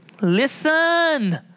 Listen